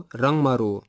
rangmaru